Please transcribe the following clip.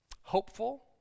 hopeful